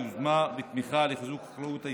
יוזמה ותמיכה לחיזוק החקלאות הישראלית.